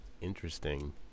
Interesting